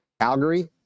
Calgary